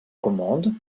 commande